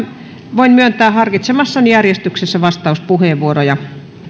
voin myöntää harkitsemassani järjestyksessä vastauspuheenvuoroja